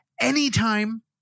anytime